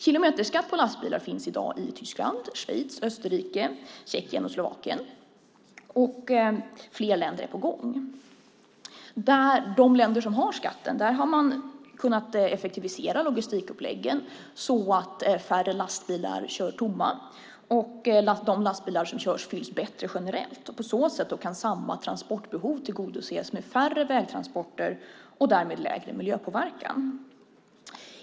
Kilometerskatt på lastbilar finns i dag i Tyskland, Schweiz, Österrike, Tjeckien och Slovakien, och fler länder är på gång. I de länder där man har skatten har man kunnat effektivisera logistikuppläggen så att färre lastbilar kör tomma och att de lastbilar som körs fylls bättre generellt. På så sätt kan samma transportbehov tillgodoses med färre vägtransporter och därmed mindre miljöpåverkan.